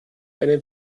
eine